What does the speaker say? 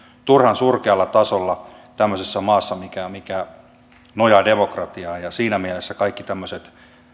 turhan surkealla tasolla tämmöisessä maassa mikä nojaa demokratiaan ja siinä mielessä kaikki tämmöiset